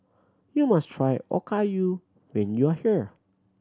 you must try Okayu when you are here